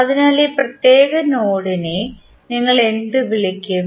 അതിനാൽ ഈ പ്രത്യേക നോഡിനെ നിങ്ങൾ എന്ത് വിളിക്കും